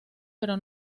pero